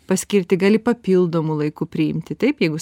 paskirti gali papildomu laiku priimti taip jeigu